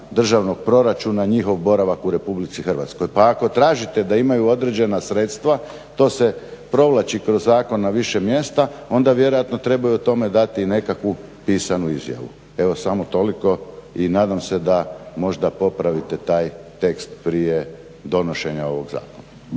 državnog proračuna njihov boravak u RH. Pa ako tražite da imaju određena sredstva to se provlači kroz zakon na više mjesta, onda vjerojatno trebaju o tome dati i nekakvu pisanu izjavu. Evo, samo toliko. I nadam se da možda popravite taj tekst prije donošenja ovog zakona.